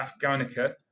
Afghanica